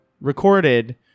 recorded